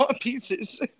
pieces